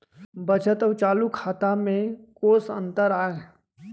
बचत अऊ चालू खाता में कोस अंतर आय?